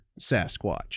Sasquatch